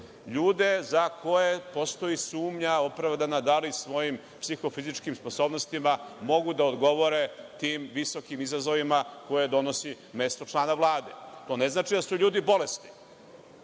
ljude za koje postoji sumnja opravdana, da li svojim psihofizičkim sposobnostima mogu da odgovore tim visokim izazovima koje donosi mesto člana vlade. To ne znači da su ljudi bolesni,